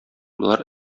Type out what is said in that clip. болар